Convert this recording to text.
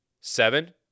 Seven